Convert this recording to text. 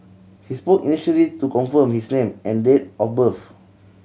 he spoke initially to confirm his name and date of birth